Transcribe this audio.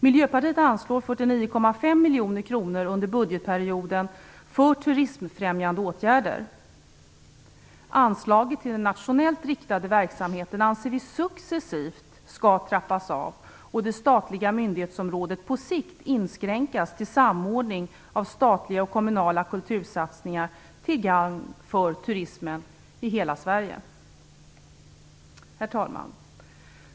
Miljöpartiet föreslår ett anslag på 49,5 miljoner kronor under budgetperioden för turismfrämjande åtgärder. Anslaget till den nationellt riktade verksamheten anser vi successivt skall trappas av, och det statliga myndighetsområdet skall på sikt inskränkas till samordning av statliga och kommunala kultursatsningar till gagn för turismen i hela Sverige. Herr talman!